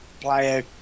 player